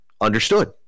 understood